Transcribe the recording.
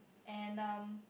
and um